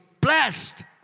blessed